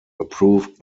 approved